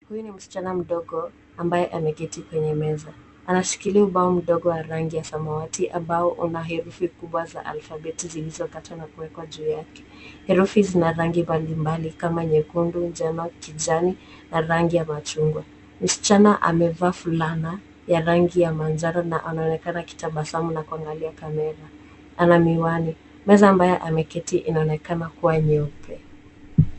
Huyu ni msichana mdogo ambaye ameketi kwenye meza. Anashikilia ubao mdogo wa rangi ya samawati, ambao una herufi kubwa za alfabeti, zilizokatwa na kuwekwa juu yake. Herufi zina rangi mbalimbali kama nyekundu, njano, kijani na rangi ya machungwa. Msichana amevaa fulana ya rangi ya manjano na anaonekana akitabasamu na kuangalia kamera, ana miwani. Meza ambayo ameketi inaonekana kuwa nyeupe.